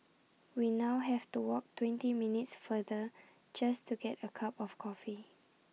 we now have to walk twenty minutes further just to get A cup of coffee